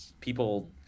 people